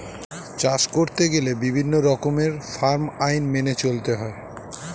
চাষ করতে গেলে বিভিন্ন রকমের ফার্ম আইন মেনে চলতে হয়